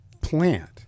plant